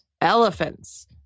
Elephants